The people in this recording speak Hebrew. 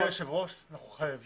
גברתי היושבת ראש, אנחנו חייבים